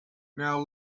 now